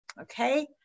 okay